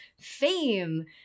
fame